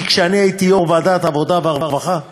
כי כשאני הייתי יושב-ראש ועדת העבודה והרווחה,